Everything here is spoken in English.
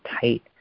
tight